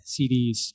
CDs